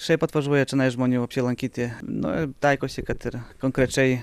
šiaip atvažiuoja čionai žmonių apsilankyti nu taikosi kad ir konkrečiai